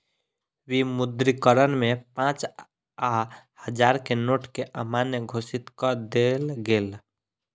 विमुद्रीकरण में पाँच आ हजार के नोट के अमान्य घोषित कअ देल गेल